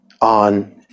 on